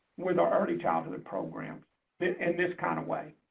with our early childhood program in this kind of way.